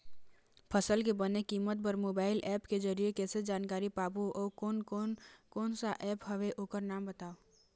फसल के बने कीमत बर मोबाइल ऐप के जरिए कैसे जानकारी पाबो अउ कोन कौन कोन सा ऐप हवे ओकर नाम बताव?